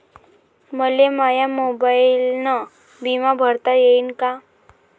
मले माया मोबाईलनं बिमा भरता येईन का?